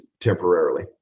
temporarily